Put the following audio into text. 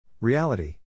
Reality